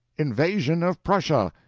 invasion of prussia!